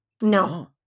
No